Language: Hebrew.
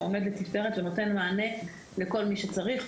שעומד לתפארת ונותן מענה לכל מי שצריך,